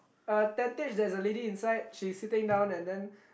uh tentage there's a lady inside she's sitting down and then